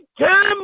time